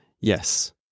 Yes